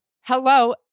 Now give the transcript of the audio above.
Hello